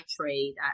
trade